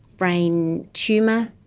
brain tumour,